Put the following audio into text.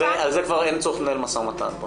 על זה כבר אין צורך לנהל משא ומתן.